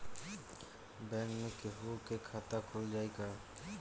Bank में केहूओ के खाता खुल जाई का?